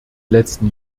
letzten